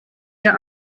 ihr